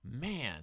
Man